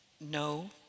No